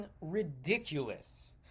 ridiculous